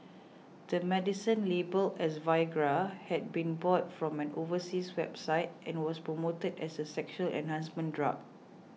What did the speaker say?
the medicine labelled as Viagra had been bought from an overseas website and was promoted as a sexual enhancement drug